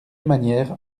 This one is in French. manière